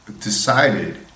decided